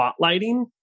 spotlighting